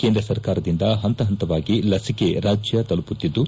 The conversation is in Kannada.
ಕೇಂದ್ರ ಸರ್ಕಾರದಿಂದ ಹಂತ ಹಂತವಾಗಿ ಲಸಿಕೆ ರಾಜ್ಞ ತಲುಪುತ್ತಿದ್ದು